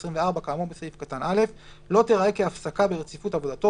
העשרים וארבע כאמור בסעיף קטן (א) לא תיראה כהפסקה ברציפות עבודתו